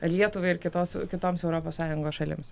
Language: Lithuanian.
lietuvai ir kitos kitoms europos sąjungos šalims